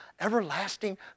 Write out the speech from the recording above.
everlasting